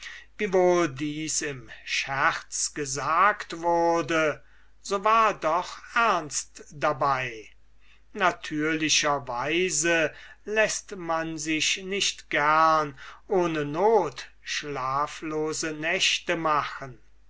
dies im scherz gesagt wurde so war doch ernst dabei natürlicher weise läßt man sich nicht gerne ohne not schlaflose nächte machen